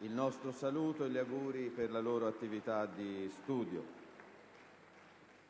il nostro saluto e gli auguri per la loro attività di studio.